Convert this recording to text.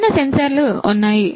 విభిన్న సెన్సార్లు ఉన్నాయి